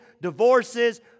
divorces